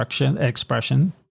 expression